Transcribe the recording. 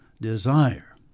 desire